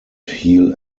heal